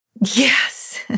Yes